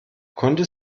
konnte